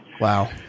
Wow